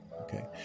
okay